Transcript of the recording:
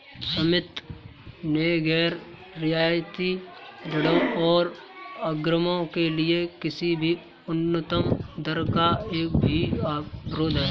समिति ने गैर रियायती ऋणों और अग्रिमों के लिए किसी भी उच्चतम दर का भी विरोध किया